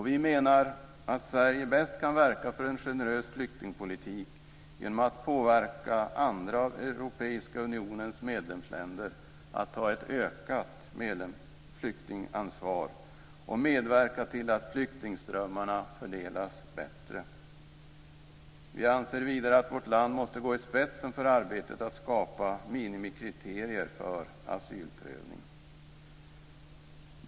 Vi menar att Sverige bäst kan verka för en generös flyktingpolitik genom att påverka andra av Europeiska unionens medlemsländer att ta ett ökat flyktingansvar och medverka till att flyktingströmmarna fördelas bättre. Vi anser vidare att vårt land måste gå i spetsen för arbetet att skapa minimikriterier för asylprövning.